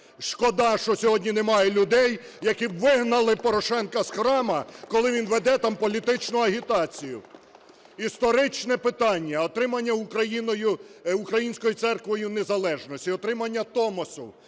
Шкода, що сьогодні немає людей, які б вигнали Порошенка з храму, коли він веде там політичну агітацію. Історичне питання – отримання українською церквою незалежності, отримання Томосу